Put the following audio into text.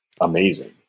amazing